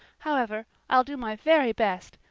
however, i'll do my very best.